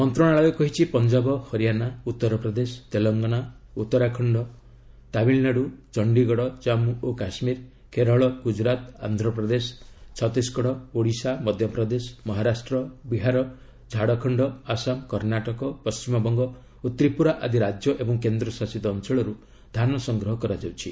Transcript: ମନ୍ତ୍ରଣାଳୟ କହିଛି ପଞ୍ଜାବ ହରିଆନା ଉତ୍ତରପ୍ରଦେଶ ତେଲଙ୍ଗାନା ଉତ୍ତରାଖଣ୍ଟ ତାମିଲନାଡୁ ଚଣ୍ଡୀଗଡ଼ ଜାମ୍ଗୁ ଓ କାଶ୍ମୀର କେରଳ ଗୁଜରାତ ଆନ୍ଧ୍ରପ୍ରଦେଶ ଛତିଶଗଡ଼ ଓଡ଼ିଶା ମଧ୍ୟପ୍ରଦେଶ ମହାରାଷ୍ଟ୍ର ବିହାର ଝାଡ଼ଖଣ୍ଡ ଆସାମ କର୍ଣ୍ଣାଟକ ପଶ୍ଚିମବଙ୍ଗ ଓ ତ୍ରିପୁରା ଆଦି ରାଜ୍ୟ ଓ କେନ୍ଦ୍ରଶାସିତ ଅଞ୍ଚଳରୁ ଧାନ ସଂଗ୍ରହ କରାଯାଉଛି